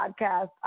podcast